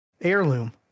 heirloom